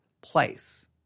place